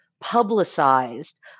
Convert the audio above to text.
publicized